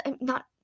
not-